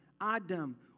Adam